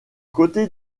côté